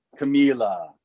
Camila